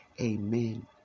Amen